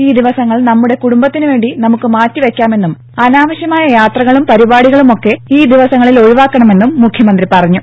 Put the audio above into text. ഈ ദിവസങ്ങൾ നമ്മുടെ കുടുംബത്തിനുവേണ്ടി നമുക്ക് മാറ്റിവെയക്കാമെന്നും അനാവശ്യമായ യാത്രകളും പരിപാടികളുമൊക്കെ ഈ ദിവസങ്ങളിൽ ഒഴിവാക്കണമെന്നും മുഖ്യമന്ത്രി പറഞ്ഞു